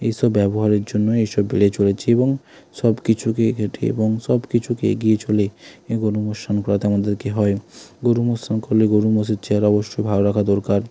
এই সব ব্যবহারের জন্যই এই সব বেড়ে চলেছে এবং সব কিছুকে ঘেঁটে এবং সব কিছুকে এগিয়ে চলে এ গোরু মোষ স্নান করাতে আমাদেরকে হয় গোরু মোষ স্নান করালে গোরু মোষের চেহারা অবশ্যই ভালো রাখা দরকার